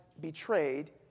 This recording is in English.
betrayed